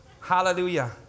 hallelujah